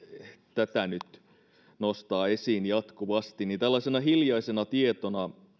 tätä nyt nostavat esiin jatkuvasti tällaisena hiljaisena tietona